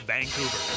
Vancouver